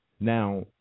Now